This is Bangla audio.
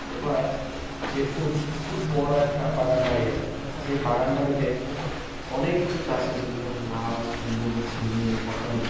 এবার ও জেঠুর খুব বড়ো একটা বাগান বাড়ি আছে সেই বাগান বাড়িতে অনেক কিছু চাষ হয়েছিলো যেমন লাউ কুমড়ো ঝিঙে পটল